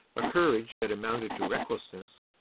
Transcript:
a courage that amounted to recklessness,